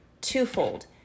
twofold